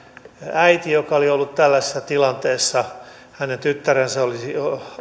äiti oli ollut tällaisessa tilanteessa kun hänen tyttärensä olisi